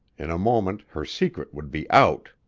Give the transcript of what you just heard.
in a moment her secret would be out,